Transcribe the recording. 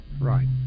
Right